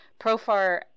Profar